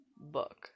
book